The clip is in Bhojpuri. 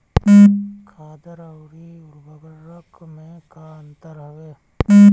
खादर अवरी उर्वरक मैं का अंतर हवे?